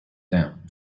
down